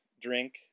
drink